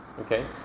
okay